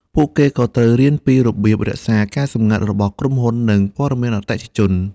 ពួកគេក៏ត្រូវរៀនពីរបៀបរក្សាការសម្ងាត់របស់ក្រុមហ៊ុននិងព័ត៌មានអតិថិជន។